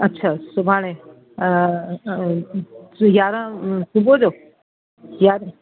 अछा सुभाणे यारहं सुबुह जो यारहं